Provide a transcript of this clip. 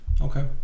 okay